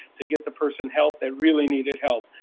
to get the person help, that really needed help.